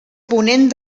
ponent